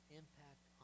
impact